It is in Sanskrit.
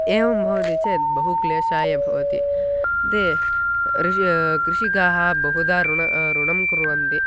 एवं भवति चेत् बहु क्लेशाय भवति ते कृषिकाः कृषिकाः बहुधा ऋणम् ऋणं कुर्वन्ति